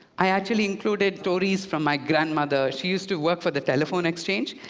i actually included stories from my grandmother. she used to work for the telephone exchange,